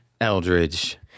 Eldridge